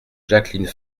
jacqueline